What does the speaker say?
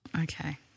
Okay